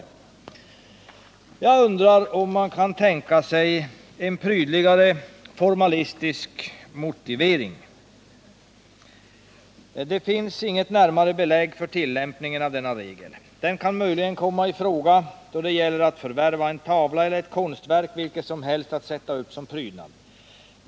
Kan man tänka sig en prydligare formalistisk motivering? Det finns inget närmare belägg för tillämpningen av denna regel. Den kan möjligen komma i fråga, då det gäller att förvärva en tavla eller ett konstverk vilket som helst att sätta upp som prydnad.